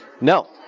No